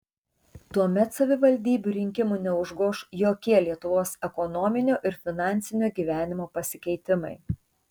tuomet savivaldybių rinkimų neužgoš jokie lietuvos ekonominio ir finansinio gyvenimo pasikeitimai